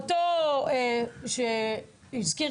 הרשימה הערבית המאוחדת): --- אותו אלבאז שהוזכר כאן,